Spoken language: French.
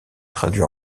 traduit